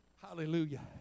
Hallelujah